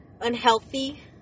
unhealthy